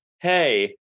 hey